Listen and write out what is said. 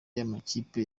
y’amakipe